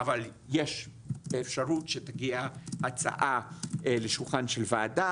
אבל יש את האפשרות שתגיע הצעה לשולחן של וועדה